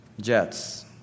jets